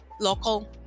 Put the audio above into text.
local